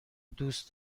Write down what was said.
دوست